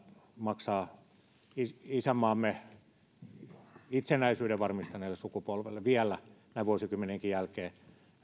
maksaa isänmaamme itsenäisyyden varmistaneelle sukupolvelle vielä näin vuosikymmenienkin jälkeen